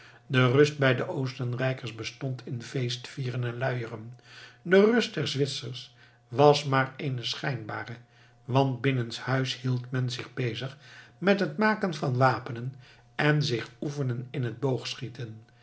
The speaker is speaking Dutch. de rust bij de oostenrijkers bestond in feestvieren en luieren de rust der zwitsers was maar eene schijnbare want binnenshuis hield men zich bezig met het maken van wapenen en zich oefenen in het boogschieten